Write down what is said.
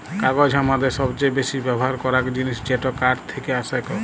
কাগজ হামাদের সবচে বেসি ব্যবহার করাক জিনিস যেটা কাঠ থেক্কে আসেক